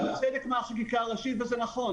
--- בחקיקה ראשית וזה נכון.